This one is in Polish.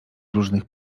różnych